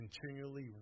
continually